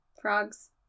frogs